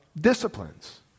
disciplines